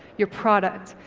your product.